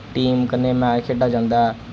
team कन्नै match खेढेआ जंदा ऐ